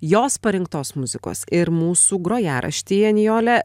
jos parinktos muzikos ir mūsų grojaraštyje nijole